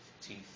teeth